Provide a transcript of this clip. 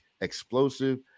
explosive